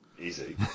easy